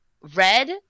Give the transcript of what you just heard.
red